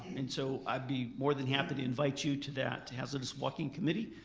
and so i'd be more than happy to invite you to that hazardous walking committee.